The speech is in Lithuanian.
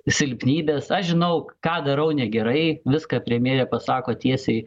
silpnybes aš žinau ką darau negerai viską premjerė pasako tiesiai